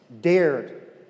dared